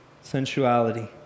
sensuality